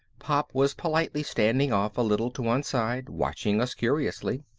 pop was politely standing off a little to one side, watching us curiously.